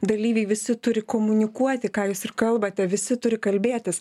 dalyviai visi turi komunikuoti ką jūs kalbate visi turi kalbėtis